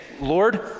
Lord